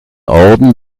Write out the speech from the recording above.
orden